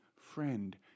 friend